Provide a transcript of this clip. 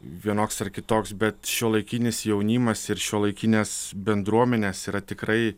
vienoks ar kitoks bet šiuolaikinis jaunimas ir šiuolaikinės bendruomenės yra tikrai